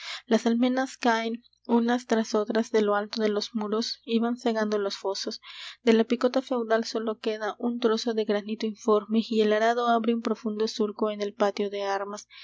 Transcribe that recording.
las almenas caen unas tras otras de lo alto de los muros y van cegando los fosos de la picota feudal sólo queda un trozo de granito informe y el arado abre un profundo surco en el patio de armas